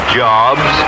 jobs